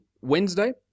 Wednesday